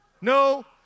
no